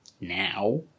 now